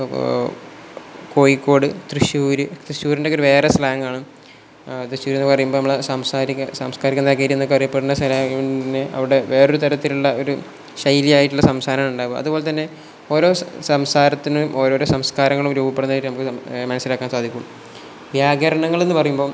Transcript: കോഴിക്കോട് തൃശ്ശൂർ തൃശ്ശൂരിൻ്റെയൊക്കെ ഒരു വേറെ സ്ലാങ്ങാണ് തൃശ്ശൂരെന്ന് പറയുമ്പോൾ നമ്മളെ സാംസ്കാരിക നഗരി എന്നൊക്കെ അറിയപ്പെടുന്ന സ്ഥലമായതു കൊണ്ടുതന്നെ അവിടെ വേറൊരു തരത്തിലുള്ള ഒരു ശൈലിയായിട്ടുള്ള സംസാരം ഉണ്ടാവും അതുപോലെ തന്നെ ഓരോ സംസാരത്തിനും ഓരോരോ സംസ്കാരങ്ങളും രൂപപ്പെടുന്നതായിട്ട് നമുക്ക് മനസ്സിലാക്കാൻ സാധിക്കും വ്യാകരണങ്ങളെന്ന് പറയുമ്പം